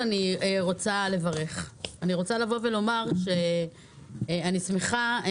רוצה לברך ולומר שאני שמחה.